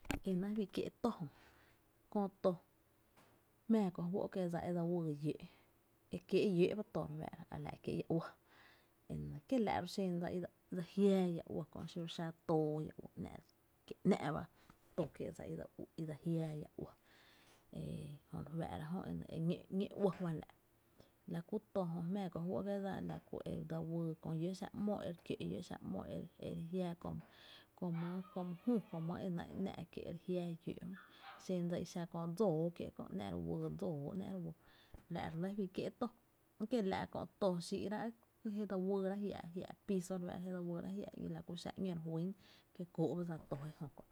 Enáá’ fí kié’ tó jö, köö yo jmáá ko juó’ kiee’ dsa e dse wyy lló’, e kiéé’ lló’ ba to jö a la e kie’ llá uɇ e nɇ kiela’ ro’ xen dsa i dse jiaa ia uɇ kö’ xiro xa too mkie ‘ná’ ba to kié’ dsa, dsa i dse jiaa ia uɇ, jö re fáá’ra jö e nɇ e ñó’ uɇ juá’n la’, la ku ejö jmⱥⱥ ko juó’ kié’ dsa e dsa wyy kö lló’ xáá’ ‘mo, ere kió’ lló’ xá’ ´mo e re jiáá kö my kö my jü, kö my e náá’ e ‘nⱥa’ kie’ re jiaa lló’, xen dsa i xa kö dsóo kié’ kö ‘nⱥ’ re wyy lló’ dsóo ‘nⱥ’ re wyy la’ re lɇ fí kié’ tó. Kiela’ kö to xii’ rá’ ji dse wyyrá’ jia’ jiá’ piso, re fáá’ra la ku xa ‘ñó re juý’n kie’ jóó’ ba dsa to jö.